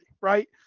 right